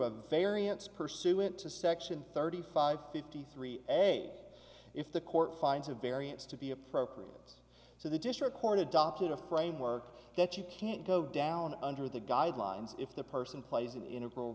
a variance pursuant to section thirty five fifty three a if the court finds a variance to be appropriate so the district court adopted a framework that you can't go down under the guidelines if the person plays an integral